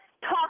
talk